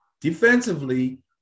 Defensively